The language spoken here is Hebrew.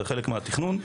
זה חלק מן התכנון,